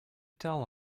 tell